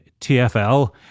TFL